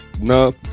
no